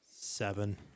Seven